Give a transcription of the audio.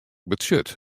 betsjut